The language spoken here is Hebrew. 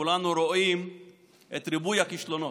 כולנו רואים את ריבוי הכישלונות.